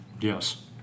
Yes